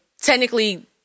Technically